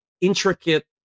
intricate